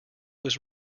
was